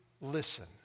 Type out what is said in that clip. listen